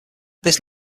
this